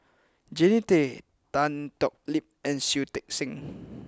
Jannie Tay Tan Thoon Lip and Shui Tit Sing